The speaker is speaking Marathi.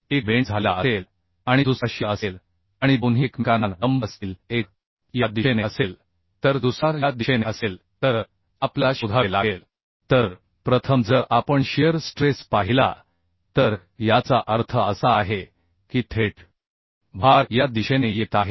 एक बेंड झालेला असेल आणि दुसरा शिअर असेल आणि दोन्ही एकमेकांना लंब असतील एक या दिशेने असेल तर दुसरा या दिशेने असेल तर आपल्याला शोधावे लागेल तर प्रथम जर आपण शिअर स्ट्रेस पाहिला तर याचा अर्थ असा आहे की थेट भार या दिशेने येत आहे